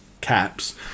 caps